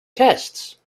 tests